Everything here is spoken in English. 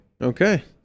Okay